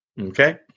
Okay